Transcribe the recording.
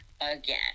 Again